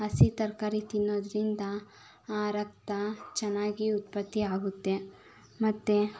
ಹಸಿ ತರಕಾರಿ ತಿನ್ನೋದರಿಂದ ರಕ್ತ ಚೆನ್ನಾಗಿ ಉತ್ಪತ್ತಿ ಆಗುತ್ತೆ ಮತ್ತು